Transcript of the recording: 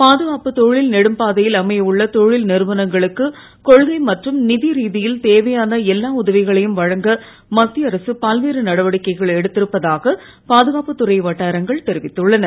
பாதுகாப்பு தொழில்நெடும்பாதையில் அமைய உள்ள தொழில் நிறுவனங்களுக்கு கொள்கை மற்றும் நிதி ரீதியில் தேவையான எல்லா உதவிகளையும் வழங்க மத்திய அரசு பல்வேறு நடவடிக்கைகளை எடுத்திருப்பதாக பாதுகாப்புத் துறை வட்டாரங்கள் தெரிவித்துள்ளன